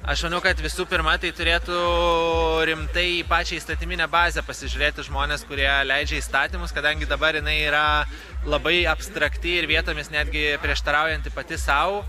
aš manau kad visų pirma tai turėtų rimtai į pačią įstatyminę bazę pasižiūrėti žmonės kurie leidžia įstatymus kadangi dabar jinai yra labai abstrakti ir vietomis netgi prieštaraujanti pati sau